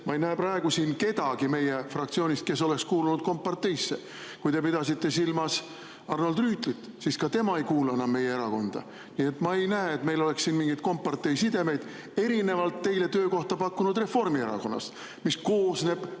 Ma ei näe praegu siin kedagi meie fraktsioonist, kes oleks kuulunud komparteisse. Kui te pidasite silmas Arnold Rüütlit, siis ka tema ei kuulu enam meie erakonda. Nii et ma ei näe, et meil oleks siin mingeid kompartei sidemeid, erinevalt teile töökohta pakkunud Reformierakonnast, mis koosneb